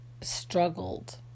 struggled